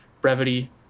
brevity